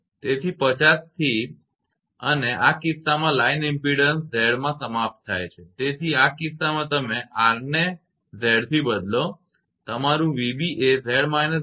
તેથી 50 થી અને આ કિસ્સામાં લાઇન ઇમપેડન્સ Z માં સમાપ્ત થાય છે તેથી આ કિસ્સામાં તમે R ને Z થી બદલો